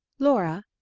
laura.